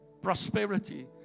prosperity